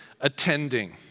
attending